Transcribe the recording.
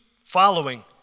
following